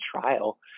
trial